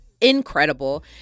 incredible